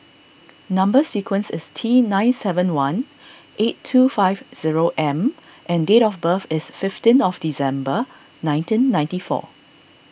Number Sequence is T nine seven one eight two five zero M and date of birth is fifteen of December nineteen ninety four